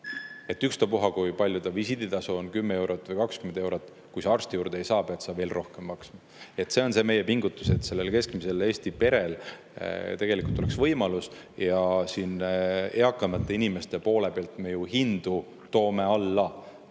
Ükstapuha kui palju see visiiditasu on, 10 eurot või 20 eurot – kui sa arsti juurde ei saa, pead sa veel rohkem maksma. See on see meie pingutus, et keskmisel Eesti perel tegelikult oleks võimalus. Ja eakamate inimeste poole pealt me ju toome hindu